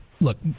look